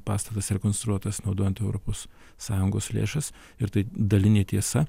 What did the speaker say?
pastatas rekonstruotas naudojant europos sąjungos lėšas ir tai dalinė tiesa